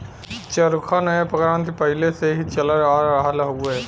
चरखा नया क्रांति के पहिले से ही चलल आ रहल हौ